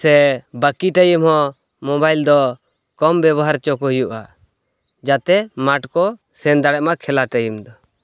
ᱥᱮ ᱵᱟᱠᱤ ᱴᱟᱭᱤᱢᱦᱚᱸ ᱢᱳᱵᱟᱭᱤᱞ ᱫᱚ ᱠᱚᱢ ᱵᱮᱵᱚᱦᱟᱨ ᱚᱪᱚᱠᱚ ᱦᱩᱭᱩᱜᱼᱟ ᱡᱟᱛᱮ ᱢᱟᱴᱠᱚ ᱥᱮᱱ ᱫᱟᱲᱮᱜ ᱢᱟ ᱠᱷᱮᱞᱟ ᱴᱟᱭᱤᱢ ᱫᱚ